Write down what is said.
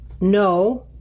No